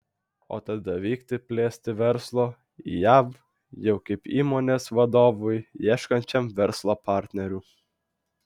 o tada vykti plėsti verslo į jav jau kaip įmonės vadovui ieškančiam verslo partnerių